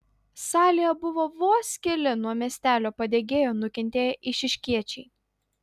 salėje buvo vos keli nuo miestelio padegėjo nukentėję eišiškiečiai